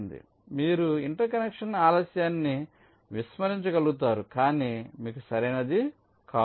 కాబట్టి మీరు interconnection ఆలస్యాన్ని విస్మరించగలుగుతారు కానీ మీకు సరైనది కాదు